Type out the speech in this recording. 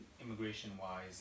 immigration-wise